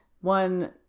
one